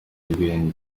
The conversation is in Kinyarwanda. ubwenge